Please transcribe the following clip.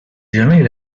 人类